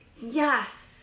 Yes